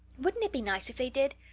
wouldn't it be nice if they did?